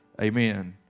Amen